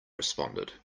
responded